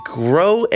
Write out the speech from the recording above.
grow